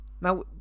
Now